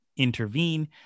intervene